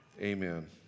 amen